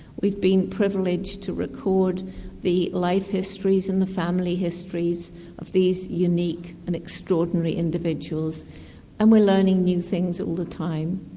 we've been privileged to record the life histories and the family histories of these unique and extraordinary individuals and we're learning new things all the time.